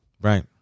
Right